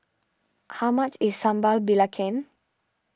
how much is Sambal Belacan